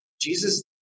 Jesus